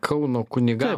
kauno kunigam